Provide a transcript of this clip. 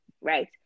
right